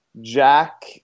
Jack